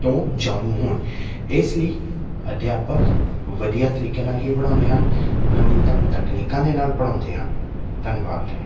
ਤੋਂ ਜਾਣੂ ਹੋਣ ਇਸ ਲਈ ਅਧਿਆਪਕ ਵਧੀਆ ਤਰੀਕੇ ਨਾਲ ਹੀ ਪੜ੍ਹਾਉਂਦੇ ਹਨ ਨਵੀਨਤਮ ਤਕਨੀਕਾਂ ਦੇ ਨਾਲ ਪੜ੍ਹਾਉਂਦੇ ਹਨ ਧੰਨਵਾਦ